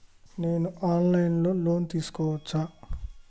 నేను online లో loan తీసుకోవచ్చా?